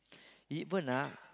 even ah